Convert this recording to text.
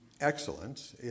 Excellent